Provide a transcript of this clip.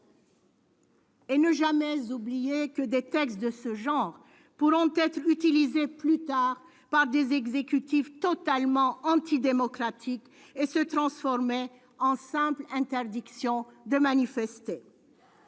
faut jamais oublier que des textes de ce genre pourront être utilisés plus tard par des exécutifs totalement antidémocratiques et se transformer en simple interdiction de manifester.